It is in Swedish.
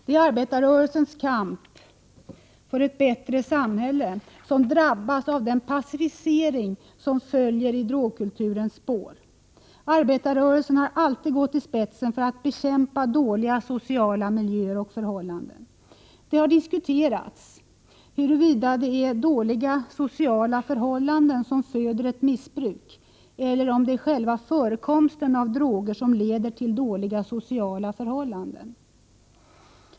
Det är arbetarrörelsens kamp för ett bättre samhälle som drabbas av den passivering som följer i drogkulturens spår. Arbetarrörelsen har alltid gått i spetsen för att bekämpa dåliga sociala miljöer och förhållanden. Det har diskuterats huruvida det är dåliga sociala förhållanden som föder ett missbruk eller om det är själva förekomsten av droger som leder till dåliga sociala förhållanden.